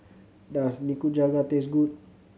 does Nikujaga taste good